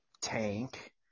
tank